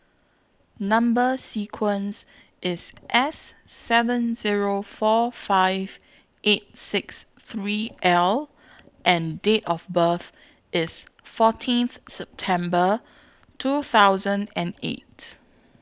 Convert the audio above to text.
Number sequence IS S seven Zero four five eight six three L and Date of birth IS fourteenth September two thousand and eight